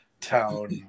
town